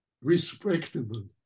respectable